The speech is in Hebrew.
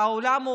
והעולם,